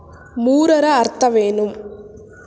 ಮೂರರ ಅರ್ಥವೇನು?